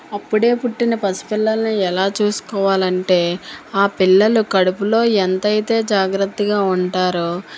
అప్పుడే పుట్టిన పసిపిల్లలని ఎలా చూసుకోవాలంటే ఆ పిల్లలు కడుపులో ఎంతైతే జాగ్రత్తగా ఉంటారో